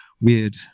weird